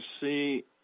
see